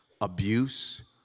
abuse